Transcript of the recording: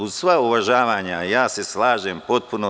Uz sva uvažavanja, ja se slažem potpuno.